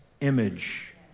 image